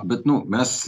bet nu mes